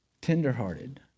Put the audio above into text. tenderhearted